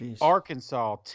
Arkansas